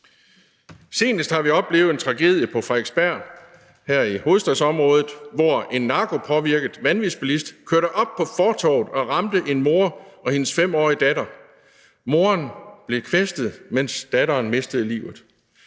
Senest har vi oplevet en tragedie på Frederiksberg, her i hovedstadsområdet, hvor en narkopåvirket vanvidsbilist kørte op på fortovet og ramte en mor og hendes 5-årige datter. Moren blev kvæstet, mens datteren mistede livet.